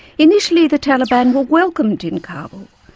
initially, the taliban were welcomed in kabul,